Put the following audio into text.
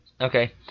okay